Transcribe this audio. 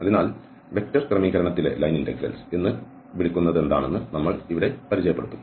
അതിനാൽ വെക്റ്റർ ക്രമീകരണത്തിലെ line integrals എന്ന് വിളിക്കുന്നതെന്താണെന്ന് നമ്മൾ ഇവിടെ പരിചയപ്പെടുത്തും